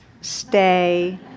stay